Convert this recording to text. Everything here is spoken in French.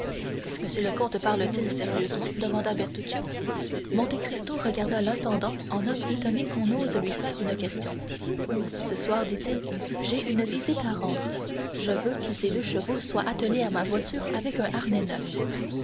monsieur le comte parle-t-il sérieusement demanda bertuccio monte cristo regarda l'intendant en homme étonné qu'on ose lui faire une question ce soir dit-il j'ai une visite à rendre je veux que ces deux chevaux soient attelés à ma voiture avec un